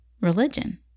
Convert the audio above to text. religion